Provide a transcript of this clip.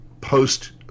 post